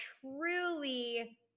truly